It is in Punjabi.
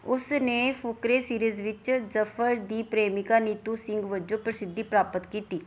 ਉਸ ਨੇ ਫੁਕਰੇ ਸੀਰੀਜ਼ ਵਿੱਚ ਜ਼ਫ਼ਰ ਦੀ ਪ੍ਰੇਮਿਕਾ ਨੀਤੂ ਸਿੰਘ ਵਜੋਂ ਪ੍ਰਸਿੱਧੀ ਪ੍ਰਾਪਤ ਕੀਤੀ